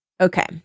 okay